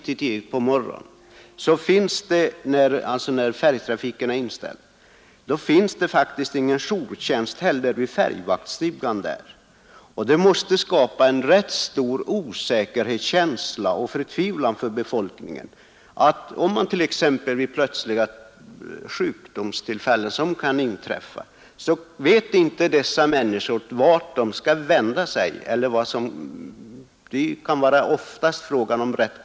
Nattetid, när färjetrafiken är inställd, finns det ingen jourtjänst vid färjvaktarstugan. Det måste skapa en rätt stor osäkerhetskänsla och förtvivlan hos befolkningen. Vid plötsliga sjukdomsfall, som kan inträffa, vet dessa människor inte vart de skall vända sig. Det kan bli rätt bråttom ibland.